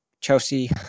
Chelsea